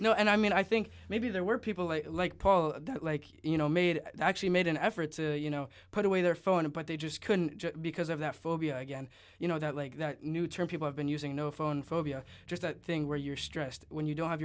know and i mean i think maybe there were people like paul that like you know made actually made an effort to you know put away their phone and but they just couldn't because of that phobia again you know that like the new term people have been using no phone phobia just a thing where you're stressed when you don't have